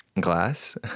glass